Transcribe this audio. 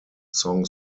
song